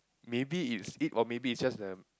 maybe it's it or maybe it's just the